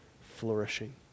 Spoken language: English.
flourishing